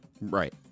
right